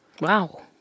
Wow